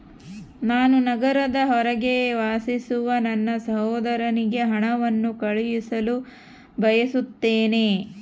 ನಾನು ನಗರದ ಹೊರಗೆ ವಾಸಿಸುವ ನನ್ನ ಸಹೋದರನಿಗೆ ಹಣವನ್ನು ಕಳುಹಿಸಲು ಬಯಸುತ್ತೇನೆ